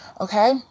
Okay